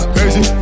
Crazy